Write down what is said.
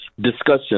discussion